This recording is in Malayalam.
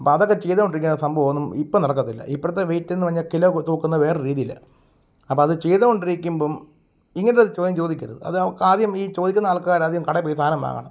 അപ്പം അതൊക്കെ ചെയ്തുകൊണ്ടിരിക്കുന്ന സംഭവം ഒന്നും ഇപ്പം നടക്കത്തില്ല ഇപ്പഴത്തെ വെയ്റ്റ് എന്ന് പറഞ്ഞാൽ കിലോ തൂക്കുന്ന വേറൊര് രീതിയിലാണ് അപ്പം അത് ചെയ്തുകൊണ്ടിരിക്കുമ്പം ഇങ്ങനെ ഒരു ചോദ്യം ചോദിക്കരുത് അത് നമുക്ക് ആദ്യം ഈ ചോദിക്കുന്ന ആള്ക്കാരാദ്യം കടയിൽ പോയി സാധനം വാങ്ങണം